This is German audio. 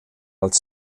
als